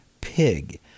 pig